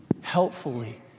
helpfully